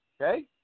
Okay